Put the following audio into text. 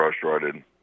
frustrated